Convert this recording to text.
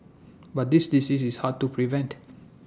but this disease is hard to prevent